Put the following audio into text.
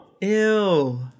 Ew